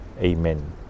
Amen